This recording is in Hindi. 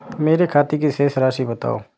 मेरे खाते की शेष राशि बताओ?